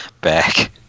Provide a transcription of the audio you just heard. back